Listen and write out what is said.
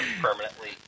permanently